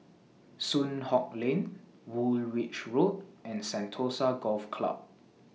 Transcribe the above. Soon Hock Lane Woolwich Road and Sentosa Golf Club